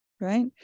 right